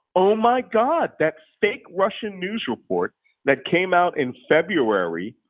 oh my god, that fake russian news report that came out in february,